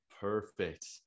Perfect